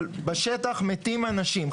אבל בשטח מתים אנשים,